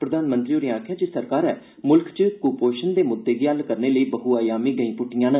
प्रधानमंत्री होरें आखेआ ऐ जे सरकारै मुल्ख च कुपोषण दे मुद्दे गी हल करने लेई बह्आयामी गैहीं पुट्टियां न